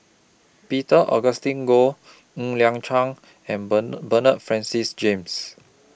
Peter Augustine Goh Ng Liang Chiang and bend Bernard Francis James